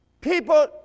People